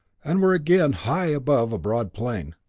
and were again high above a broad plain.